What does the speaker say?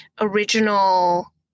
original